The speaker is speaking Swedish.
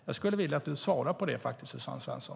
Jag skulle vilja att du svarar på det, Suzanne Svensson.